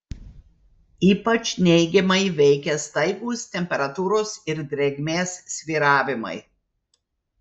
ypač neigiamai veikia staigūs temperatūros ir drėgmės svyravimai